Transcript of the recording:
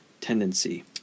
tendency